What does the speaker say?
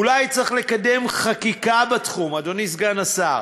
אולי צריך לקדם חקיקה בתחום, אדוני סגן השר.